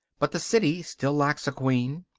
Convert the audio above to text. but the city still lacks a queen.